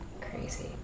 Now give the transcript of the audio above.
crazy